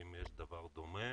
האם יש דבר דומה